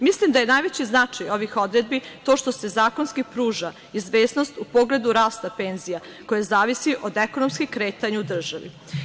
Mislim da je najveći značaj ovih odredbi to što se zakonski pruža izvesnost u pogledu rasta penzija, koje zavisi od ekonomskih kretanja u državi.